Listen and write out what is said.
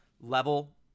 level